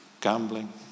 gambling